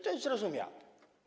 To jest zrozumiałe.